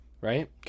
right